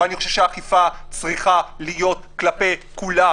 אבל אני חושב שהאכיפה צריכה להיות כלפי כולם,